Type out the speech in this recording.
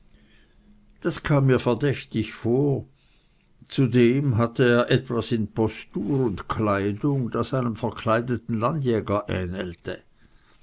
das kam mir verdächtig vor zudem hatte er etwas in postur und kleidung das einem verkleideten landjäger ähnelte